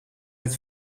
het